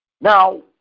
Now